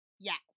Yes